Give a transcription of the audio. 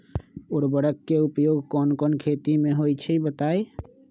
उर्वरक के उपयोग कौन कौन खेती मे होई छई बताई?